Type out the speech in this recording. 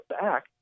back